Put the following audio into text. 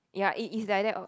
ya it is like that uh